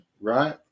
right